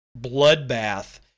bloodbath